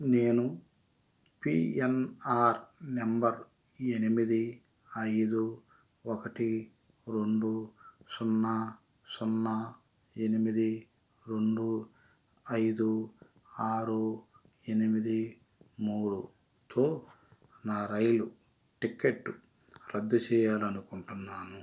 నేను P N R number ఎనిమిది ఐదు ఒకటి రెండు సున్నా సున్నా ఎనిమిది రెండు ఐదు ఆరు ఎనిమిది మూడుతో నా రైలు టిక్కెట్టు రద్దు చేయాలనుకుంటున్నాను